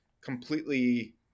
completely